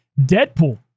Deadpool